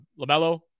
LaMelo